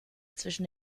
zwischen